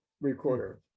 recorder